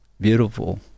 beautiful